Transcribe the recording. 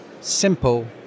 simple